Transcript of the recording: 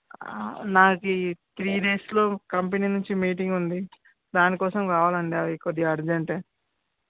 నాది త్రీ డేస్లో కంపెనీ నుంచి మీటింగ్ ఉంది దానికోసం కావాలి అండి అవి కొద్దిగా అర్జెంటే